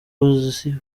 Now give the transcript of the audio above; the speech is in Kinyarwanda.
uzi